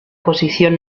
posición